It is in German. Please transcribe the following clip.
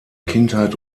kindheit